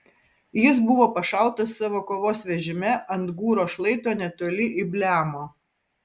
jis buvo pašautas savo kovos vežime ant gūro šlaito netoli ibleamo